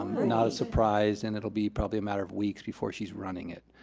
um not a surprise and it'll be probably a matter of weeks before she's running it.